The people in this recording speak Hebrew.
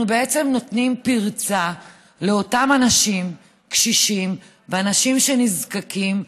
אנחנו בעצם נותנים פרצה שאותם אנשים קשישים ואנשים שנזקקים,